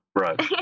Right